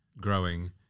growing